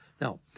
Now